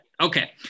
Okay